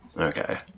Okay